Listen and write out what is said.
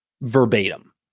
verbatim